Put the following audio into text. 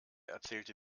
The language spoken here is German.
erzählte